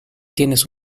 tienes